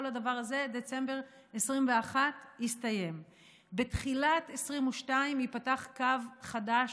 כל הדבר הזה יסתיים בדצמבר 2021. בתחילת 2022 ייפתח קו חדש,